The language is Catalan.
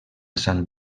sant